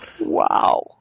Wow